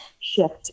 shift